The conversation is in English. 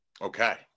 Okay